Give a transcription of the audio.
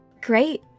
Great